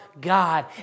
God